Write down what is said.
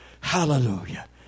Hallelujah